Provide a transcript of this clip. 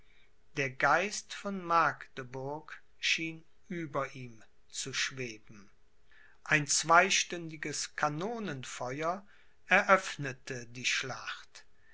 der geist von magdeburg schien über ihm zu schweben ein zweistündiges kanonenfeuer eröffnete die schlacht